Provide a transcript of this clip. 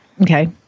Okay